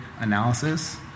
analysis